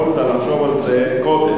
יכולת לחשוב על זה קודם.